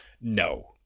no